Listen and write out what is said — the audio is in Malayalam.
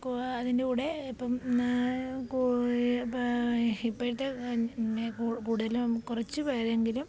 ക്വ അതിൻ്റെ കൂടെ ഇപ്പോള് ഇപ്പോഴത്തെ കൂടുതലും കുറച്ചു പേരെങ്കിലും